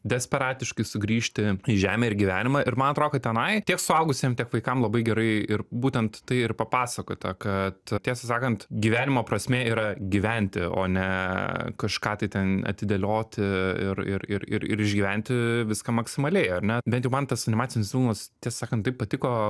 desperatiškai sugrįžti į žemę ir gyvenimą ir man atrodo kad tenai tiek suaugusiem tiek vaikam labai gerai ir būtent tai ir papasakota kad tiesą sakant gyvenimo prasmė yra gyventi o ne kažką tai ten atidėlioti ir ir ir ir išgyventi viską maksimaliai ar ne bent jau man tas animacinis filmas tiesą sakant taip patiko